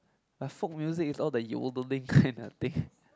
a folk music is all the yodeling kind of thing